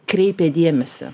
kreipė dėmesį